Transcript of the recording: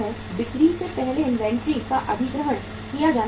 बिक्री से पहले इन्वेंटरी का अधिग्रहण किया जाना चाहिए